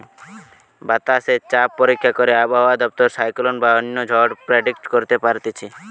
বাতাসে চাপ পরীক্ষা করে আবহাওয়া দপ্তর সাইক্লোন বা অন্য ঝড় প্রেডিক্ট করতে পারতিছে